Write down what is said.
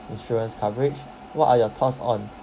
insurance coverage what are your thoughts on